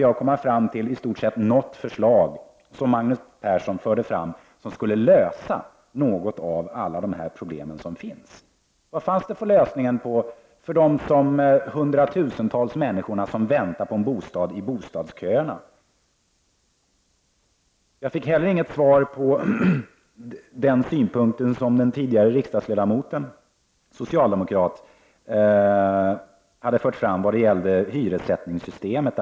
Magnus Persson förde i stort sett inte fram något förslag som skulle kunna lösa något av alla de problem som finns. Vad finns det för lösning på problemet med de hundratusentals människor som väntar på en bostad i bostadsköerna? Jag fick heller ingen kommentar till den synpunkt som den tidigare socialdemokratiske riksdagsledamoten hade fört fram angående hyressättningssystemet.